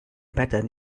patent